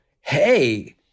hey